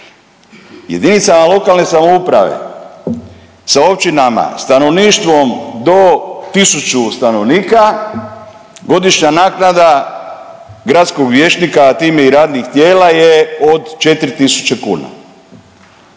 Jedinicama lokalne samouprave sa općinama, stanovništvom do 1000 stanovnika godišnja naknada gradskog vijećnika, a time i radnih tijela je od 4000 kuna.